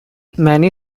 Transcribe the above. many